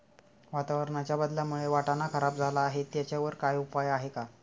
वातावरणाच्या बदलामुळे वाटाणा खराब झाला आहे त्याच्यावर काय उपाय आहे का?